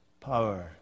power